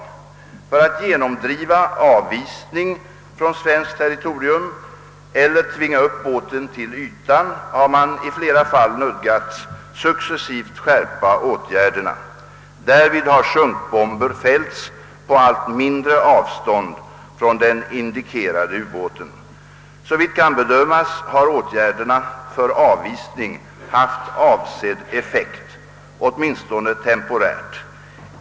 För att genomdriva avvisning från svenskt territorium eller tvinga upp ubåten till ytan har man i flera fall nödgats successivt skärpa åtgärderna. Därvid har sjunkbomber fällts på allt mindre avstånd från den indikerade ubåten. Såvitt kan bedömas har åtgärderna för avvisning haft avsedd effekt, åtminstone temporärt.